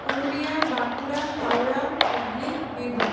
Purulia Bankura Howrah Hooghly Birbhum